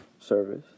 Service